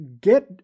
get